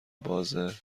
بازه